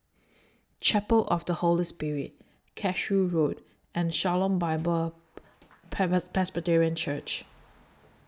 Chapel of The Holy Spirit Cashew Road and Shalom Bible Presbyterian Church